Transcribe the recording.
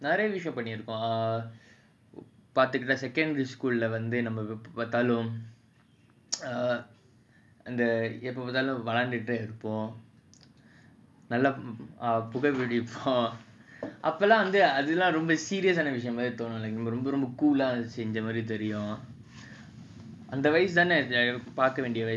நெறயவிஷயம்பண்ணிருக்கோம்:neraya vishayam pannirukom secondary school lah வந்துநம்மஎப்போபார்த்தாலும்இந்தஎப்போபார்த்தாலும்வெளயாடிட்டேஇருப்போம்நல்லபுகைபிடிப்போம்அப்போல்லாம்நமக்குரொம்ப:vandhu namma epo parthalum indha epo parthalum velayadite irupom nalla pugai pidipom apolam namakku romba serious ah விஷயம்மாதிரிதோணும்ரொம்பவந்துகூலாசெஞ்சமாதிரிதெரியும்அந்தவயசுதானேபார்க்கவேண்டியவயசு:vishayam madhiri thonum romba vandhu koola senja madhiri therium andha vayasuthane parka vendia vayasu